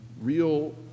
real